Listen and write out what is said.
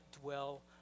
dwell